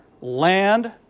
land